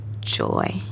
joy